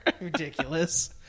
Ridiculous